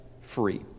free